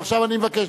ועכשיו אני מבקש,